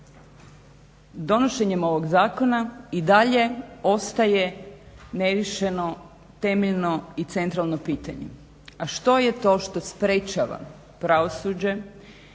donošenjem ovog zakona i dalje ostaje neriješeno temeljeno i centralno pitanje a što je to što sprječava pravosuđe,